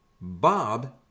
Bob